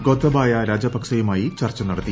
ഗോതബായ രാജപക്സെയുമായി ചർച്ച നടത്തി